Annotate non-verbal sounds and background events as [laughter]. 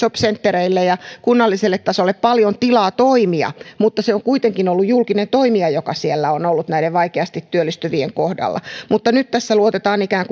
[unintelligible] jobcentereille ja kunnalliselle tasolle paljon tilaa toimia mutta se on kuitenkin ollut julkinen toimija joka siellä on ollut näiden vaikeasti työllistyvien kohdalla mutta nyt tässä luotetaan ikään [unintelligible]